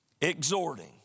exhorting